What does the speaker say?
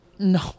no